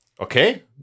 Okay